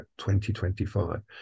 2025